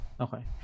Okay